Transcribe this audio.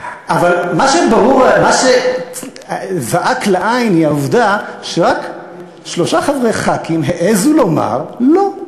אבל מה שזעק לעין הוא העובדה שרק שלושה חברי כנסת העזו לומר "לא"